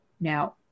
now